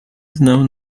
znał